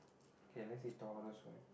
okay let's see Taurus one